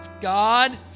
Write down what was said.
God